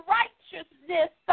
righteousness